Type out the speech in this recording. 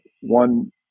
one